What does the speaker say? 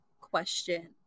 question